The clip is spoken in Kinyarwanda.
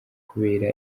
kubera